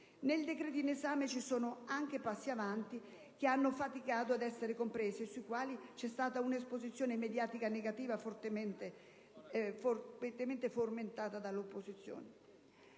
Nel decreto-legge in esame ci sono anche passi avanti che hanno faticato ad essere compresi e sui quali c'è stata un'esposizione mediatica negativa fortemente fomentata dall'opposizione.